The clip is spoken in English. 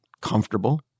comfortable